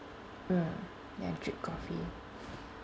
mm their drip coffee